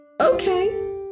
Okay